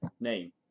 name